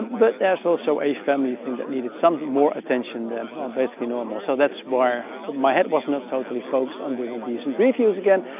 but there's also a family's thing that needed some more attention than ah basically normal so that's why my head was not totally focused on doing decent reviews again.